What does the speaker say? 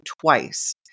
twice